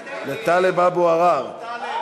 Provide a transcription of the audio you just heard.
לטלב אבו עראר זה בסדר?